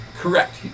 Correct